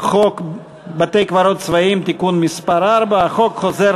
חוק בתי-קברות צבאיים (תיקון מס' 4). החוק חוזר